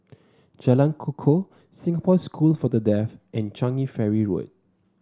Jalan Kukoh Singapore School for the Deaf and Changi Ferry Road